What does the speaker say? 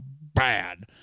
Bad